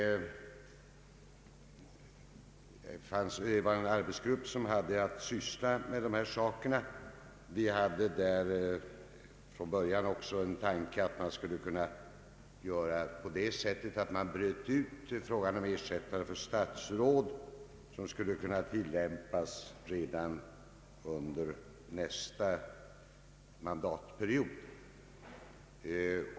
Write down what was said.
Inom den arbetsgrupp som hade att handlägga detta hade vi från början tanken att bryta ut frågan om ersättare för statsråd och få en bestämmelse som skulle kunna tillämpas redan under nästa mandatperiod.